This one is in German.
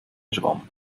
schwamm